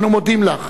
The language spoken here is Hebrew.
אנו מודים לך